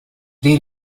they